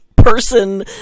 person